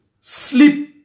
sleep